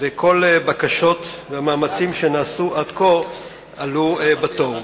וכל הבקשות והמאמצים שנעשו עד כה עלו בתוהו.